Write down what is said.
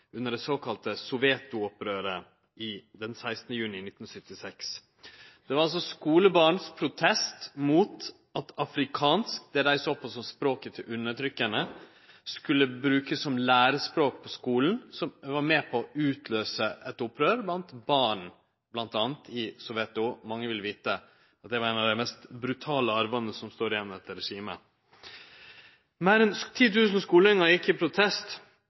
under det såkalla Soweto-opprøret den 16. juni 1976. Det var altså skuleborn sin protest mot at afrikansk – det dei så på som språket til undertrykkarane – skulle brukast som lærespråk på skulen, som var med på å utløyse eit opprør blant barn, m.a. i Soweto. Mange vil vite at det var ein av dei mest brutale arvane som står igjen etter regimet. Meir enn 10 000 skuleungar gjekk i protest,